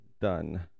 done